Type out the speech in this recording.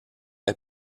est